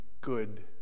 good